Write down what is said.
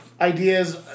ideas